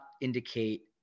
indicate